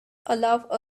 allow